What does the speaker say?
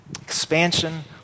Expansion